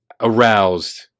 aroused